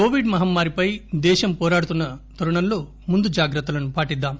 Covid మహమ్మారిపై దేశం పోరాడుతున్న తరుణంలో ముందు జాగ్రత్తలను పాటిద్దాం